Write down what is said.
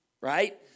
Right